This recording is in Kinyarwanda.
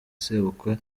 sebukwe